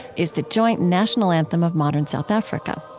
is the joint national anthem of modern south africa.